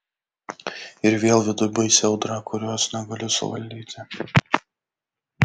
ir vėl viduj baisi audra kurios negaliu suvaldyti